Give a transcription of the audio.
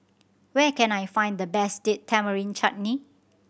where can I find the best Date Tamarind Chutney